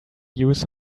use